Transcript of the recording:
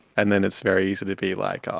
and then it's very easy to be like, ah